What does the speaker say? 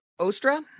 Ostra